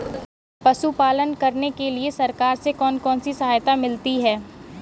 पशु पालन करने के लिए सरकार से कौन कौन सी सहायता मिलती है